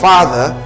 Father